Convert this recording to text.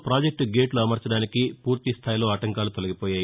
project గేట్లు అమర్చడానికి పూర్తిస్టాయిలో ఆటంకాలు తొలగిపోయాయి